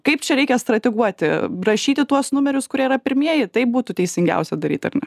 kaip čia reikia strateguoti rašyti tuos numerius kurie yra pirmieji taip būtų teisingiausia daryt ar ne